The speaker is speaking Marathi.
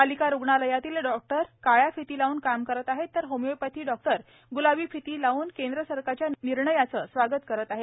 पालिका रुग्णालयातील डॉक्टर काळ्या फिती लावून काम करीत आहेत तर होमिओपॅथी डॉक्टर ग्लाबी फिती लांबून केंद्र सरकारच्या निर्णयाचं स्वागत करत आहेत